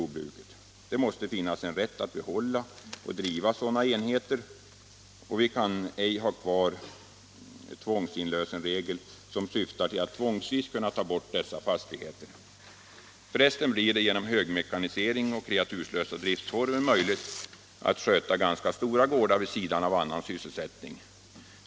Det måste finnas en rätt att behålla och driva sådana enheter, och vi kan inte ha kvar tvångsinlösensregler som syftar till att tvångsvis kunna ta bort dessa fastigheter. För resten blir det genom högmekanisering och kreaturslösa driftformer möjligt att sköta ganska stora gårdar vid sidan om annan sysselsättning.